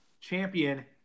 champion